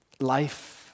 life